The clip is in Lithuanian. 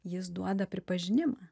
jis duoda pripažinimą